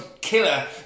killer